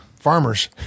Farmers